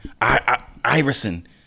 Iverson